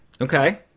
Okay